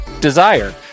Desire